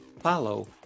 follow